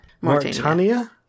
Mauritania